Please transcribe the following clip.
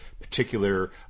particular